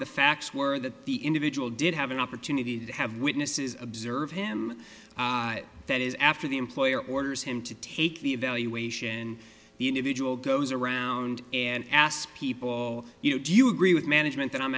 the facts were that the individual did have an opportunity to have witnesses observe him that is after the employer orders him to take the evaluation and the individual goes around and ask people you know do you agree with management that i'm